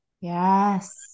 Yes